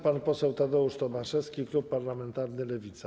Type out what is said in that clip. Pan poseł Tadeusz Tomaszewski, klub parlamentarny Lewica.